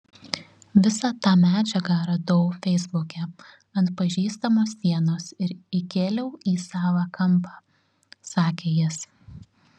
visą tą medžiagą radau feisbuke ant pažįstamo sienos ir įkėliau į savą kampą sakė jis